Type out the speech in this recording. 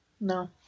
No